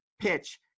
PITCH